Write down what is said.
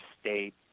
State